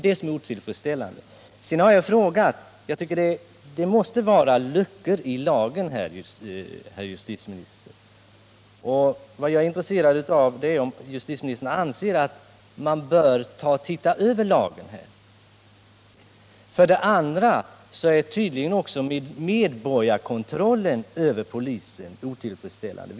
Det måste på denna punkt vara en lucka i lagen, herr justitieminister. Vad jag är intresserad av är om justitieministern anser att man bör se över lagstiftningen på denna punkt. Vidare är tydligen också medborgarkontrollen över polisen otillfredsställande.